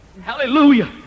Hallelujah